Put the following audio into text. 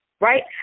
right